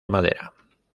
madera